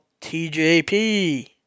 TJP